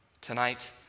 Tonight